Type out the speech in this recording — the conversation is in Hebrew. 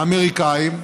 האמריקנים,